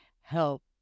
help